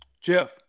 Jeff